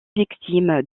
victime